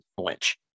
flinch